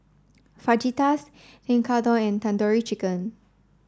Fajitas Tekkadon and Tandoori Chicken